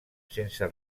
sense